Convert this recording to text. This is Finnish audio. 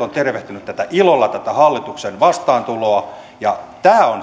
ovat tervehtineet tätä hallituksen vastaantuloa ilolla ja tämä on